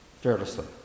fearlessly